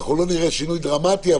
אנחנו לא נראה שינוי דרמטי,